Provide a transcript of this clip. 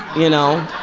you know,